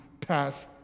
pass